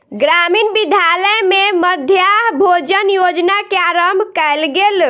ग्रामीण विद्यालय में मध्याह्न भोजन योजना के आरम्भ कयल गेल